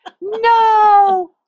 no